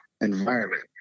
environment